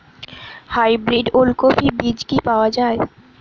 Hybrid ওলকফি বীজ কি পাওয়া য়ায়?